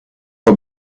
for